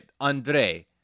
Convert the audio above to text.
Andre